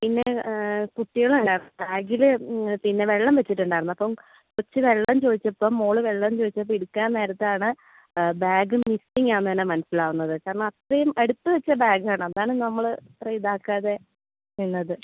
പിന്നെ കുട്ടികളല്ലേ ബാഗിൽ പിന്നെ വെള്ളം വെച്ചിട്ടുണ്ടായിരുന്നു അപ്പം കൊച്ച് വെള്ളം ചോദിച്ചപ്പം മോൾ വെള്ളം ചോദിച്ചപ്പം എടുക്കാൻ നേരത്താണ് ബാഗ് മിസ്സിങ്ങ് ആണെന്നുതന്നെ മനസ്സിലാവുന്നത് കാരണം അത്രയും അടുത്ത് വെച്ച ബാഗ് ആണ് അതാണ് നമ്മൾ അത്രയും ഇതാക്കാതെ നിന്നത്